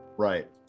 right